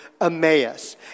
Emmaus